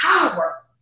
power